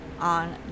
on